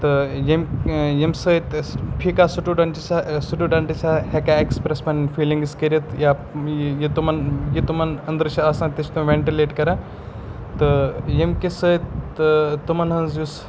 تہٕ ییٚمۍ ییٚمہِ سۭتۍ فی کانٛہہ سٹوٗڈںٛٹ سٹوٗڈنٛٹ ہٮ۪کہا اٮ۪کسپرٛیٚس کٔرِتھ پَنٕنۍ فیٖلِنٛگز کٔرِتھ یا یہِ تِمَن یہِ تِمَن أنٛدرٕ چھِ آسان تہِ چھِ تِم وٮ۪نٹٕلیٹ کَران تہٕ ییٚمکہِ سۭتۍ تہٕ تِمَن ہٕنٛز یُس